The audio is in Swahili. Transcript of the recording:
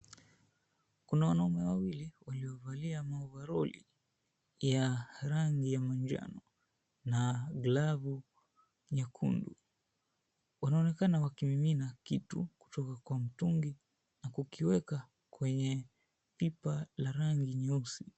Kuna wanaume wawili waliovalia ma ovaroli ya rangi ya manjano na glavu nyekundu. Wanaonekana wakimimina kitu kutoka kwa mtungi na kukiweka kwenye pipa la rangi nyeusi.